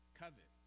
covet